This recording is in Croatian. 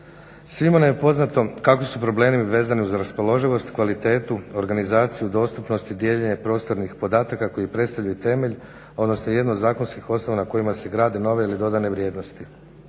Svima nam je poznato kakvi su problemi vezani uz raspoloživost, kvalitetu, organizaciju dostupnosti, dijeljenje prostornih podataka koji predstavljaju temelj odnosno jedno od zakonskih osnova kojima se grade nove ili dodane vrijednosti